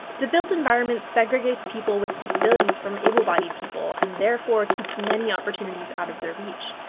the built environment segregates people with disabilities from able-bodied people, and therefore keeps many opportunities out of their reach.